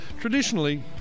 traditionally